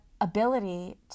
ability